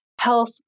health